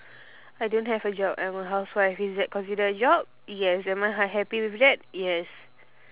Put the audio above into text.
I don't have a job I'm a housewife is that considered a job yes am I unhappy with that yes